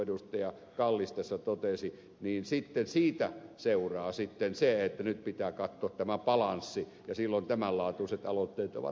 kallis tässä totesi niin sitten siitä seuraa se että nyt pitää katsoa tämä balanssi ja silloin tämän laatuiset aloitteet ovat erittäin paikallaan